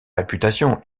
réputation